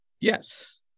Yes